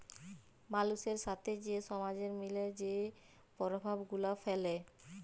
মালুসের সাথে যে সমাজের মিলে যে পরভাব গুলা ফ্যালে